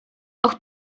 och